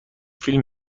فیلم